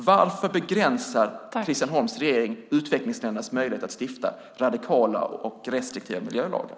Varför begränsar Christian Holms regering utvecklingsländernas möjligheter att stifta radikala och restriktiva miljölagar?